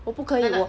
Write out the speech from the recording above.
我不可以我